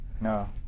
No